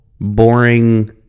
boring